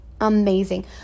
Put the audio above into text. amazing